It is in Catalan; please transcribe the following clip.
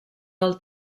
del